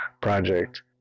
project